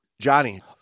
Johnny